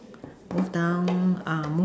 move down um move